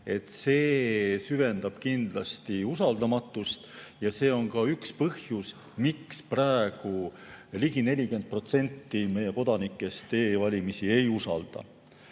süvendab kindlasti usaldamatust. See on ka üks põhjus, miks praegu ligi 40% meie kodanikest e‑valimisi ei usalda.